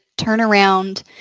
turnaround